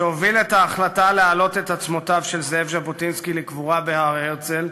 שהוביל את ההחלטה להעלות את עצמותיו של ז'בוטינסקי לקבורה בהר-הרצל,